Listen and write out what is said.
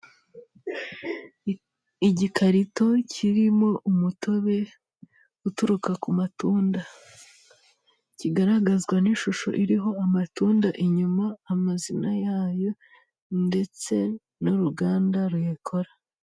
Igikarito kirimo umutobe uturuka ku matunda, kigaragazwa n'ishusho iriho amatunda inyuma amazina yayo ndetse n'uruganda ruyakora.